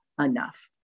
enough